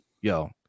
Yo